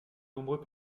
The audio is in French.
nombreux